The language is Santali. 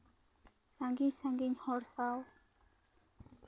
ᱥᱟ ᱜᱤᱧ ᱥᱟ ᱜᱤᱧ ᱦᱚᱲ ᱥᱟᱶ